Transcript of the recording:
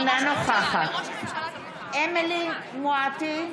אינה נוכחת אמילי חיה מואטי,